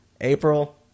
April